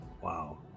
Wow